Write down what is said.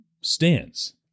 stands